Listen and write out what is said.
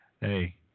Hey